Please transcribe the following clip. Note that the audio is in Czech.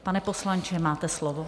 Pane poslanče, máte slovo.